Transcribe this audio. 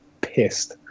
pissed